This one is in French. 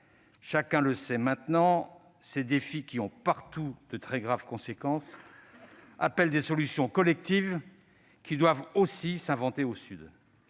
Chacun le sait désormais, ces défis qui ont partout de très graves conséquences appellent des solutions collectives, qui doivent aussi s'inventer au Sud.